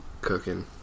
cooking